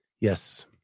Yes